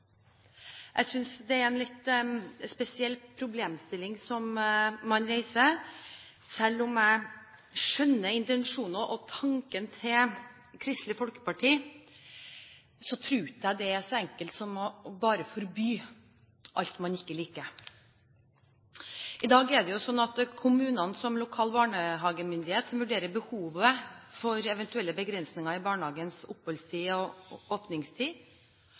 Jeg synes det er en litt spesiell problemstilling man reiser. Selv om jeg skjønner intensjonen og tanken til Kristelig Folkeparti, tror jeg ikke det er så enkelt som bare å forby alt man ikke liker. I dag er det jo slik at kommunene som lokal barnehagemyndighet vurderer behovet for eventuelle begrensinger i barnehagens oppholdstid og åpningstid.